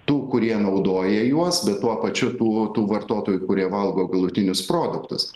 tų kurie naudoja juos bet tuo pačiu tų tų vartotojų kurie valgo galutinius produktus